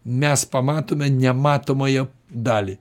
mes pamatome nematomąją dalį